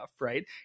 Right